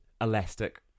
Elastic